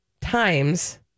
times